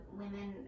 women